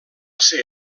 ser